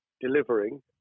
delivering